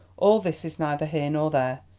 all this is neither here nor there.